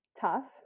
tough